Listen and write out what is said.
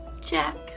Jack